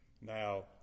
Now